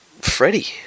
Freddie